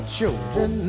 Children